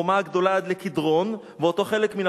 החומה הגדולה עד לקדרון ואותו חלק מן